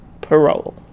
parole